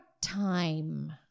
time